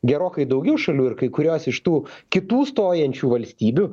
gerokai daugiau šalių ir kai kurios iš tų kitų stojančių valstybių